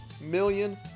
million